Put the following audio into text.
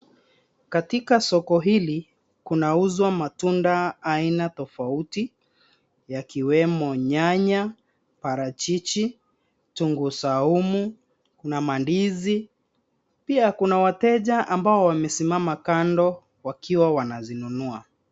Katika soko hili kunauzwa matunda aina tofauti yakiwemo nyanya, parachichi, kitunguu saumu na mandizi. Pia kuna wateja ambao wamesimama kando wakiwa wanazinunua.